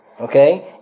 okay